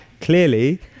clearly